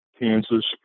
Kansas